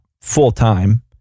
full-time